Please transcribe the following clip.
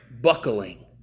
buckling